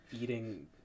eating